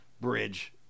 bridge